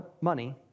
money